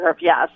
yes